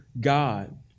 God